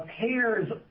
Payers